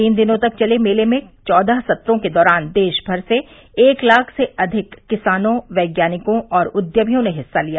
तीन दिनों तक चले मेले में चौदह सत्रों के दौरान देश भर से एक लाख से अधिक किसानों वैज्ञानिकों और उद्यमियों ने हिस्सा लिया